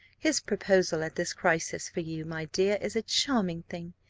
his proposal at this crisis for you, my dear, is a charming thing.